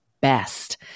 best